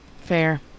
Fair